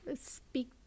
speak